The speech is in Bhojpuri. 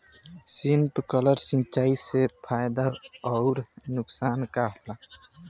स्पिंकलर सिंचाई से फायदा अउर नुकसान का होला?